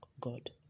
God